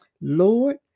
Lord